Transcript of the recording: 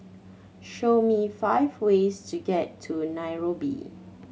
show me five ways to get to Nairobi